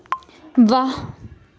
वाह्